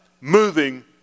moving